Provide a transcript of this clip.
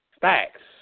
Facts